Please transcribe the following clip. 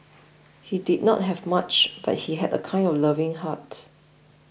he did not have much but he had a kind and loving heart